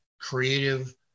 creative